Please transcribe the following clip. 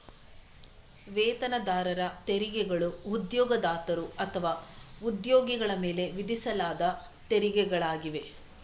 ವೇತನದಾರರ ತೆರಿಗೆಗಳು ಉದ್ಯೋಗದಾತರು ಅಥವಾ ಉದ್ಯೋಗಿಗಳ ಮೇಲೆ ವಿಧಿಸಲಾದ ತೆರಿಗೆಗಳಾಗಿವೆ